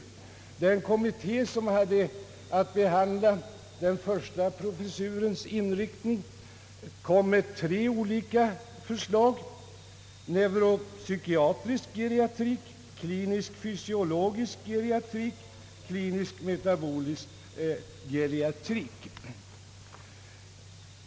Den kommitté som hade att behandla den första professurens inriktning framlade tre olika förslag: neuropsykiatrisk geriatrik, klinisk-fysiologisk geriatrik, klinisk-metabolisk geriatrik.